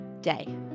day